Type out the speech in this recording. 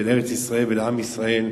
לארץ-ישראל ולעם ישראל,